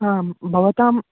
हां भवतां